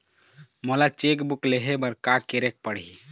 मोला cheque book लेहे बर का केरेक पढ़ही?